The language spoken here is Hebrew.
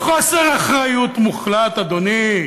בחוסר אחריות מוחלט, אדוני.